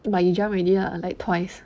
but you jump already lah like twice